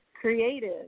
creative